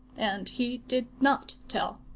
and he did not tell.